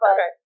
Okay